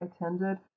attended